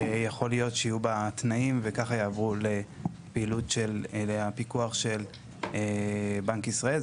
יכול להיות שיהיו בתנאים וככה יעברו לפיקוח של בנק ישראל.